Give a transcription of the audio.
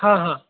हां हां